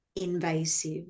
invasive